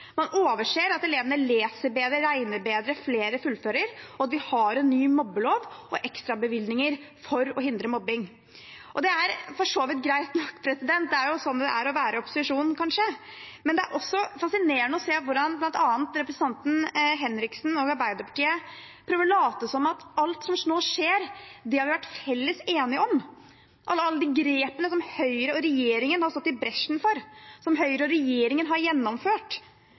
Man overser at elevene leser bedre og regner bedre, at flere fullfører, og at vi har en ny mobbelov og ekstrabevilgninger for å hindre mobbing. Det er for så vidt greit nok, det er jo sånn det er å være i opposisjon, kanskje. Men det er også fascinerende å se hvordan bl.a. representanten Henriksen og Arbeiderpartiet prøver å late som om alt som nå skjer, har vi vært enige om. Alle de grepene som Høyre og regjeringen har gått i bresjen for, som Høyre og regjeringen har gjennomført,